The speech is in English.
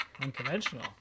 Unconventional